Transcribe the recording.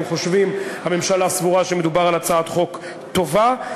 הממשלה סבורה שמדובר בהצעת חוק טובה.